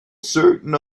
certain